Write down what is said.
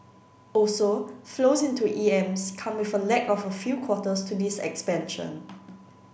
also flows into E M S come with a lag of a few quarters to this expansion